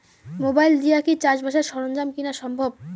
Mobile দিয়া কি চাষবাসের সরঞ্জাম কিনা সম্ভব?